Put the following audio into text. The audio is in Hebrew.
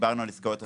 דיברנו על עסקאות.